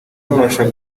babasha